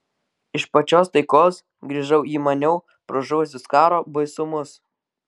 iš pačios taikos grįžau į maniau pražuvusius karo baisumus